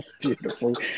Beautiful